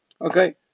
Okay